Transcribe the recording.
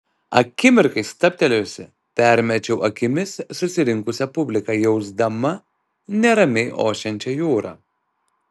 akimirkai stabtelėjusi permečiau akimis susirinkusią publiką jausdama neramiai ošiančią jūrą